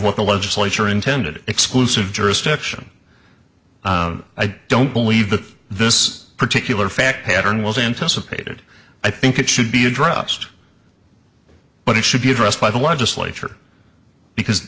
what the legislature intended exclusive jurisdiction i don't believe that this particular fact pattern was anticipated i think it should be addressed but it should be addressed by the legislature because